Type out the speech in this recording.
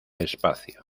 espacio